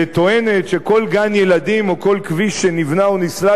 וטוענת שכל גן-ילדים או כל כביש שנבנה או נסלל